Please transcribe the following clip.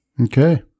okay